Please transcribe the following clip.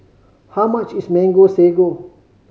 how much is Mango Sago